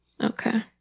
Okay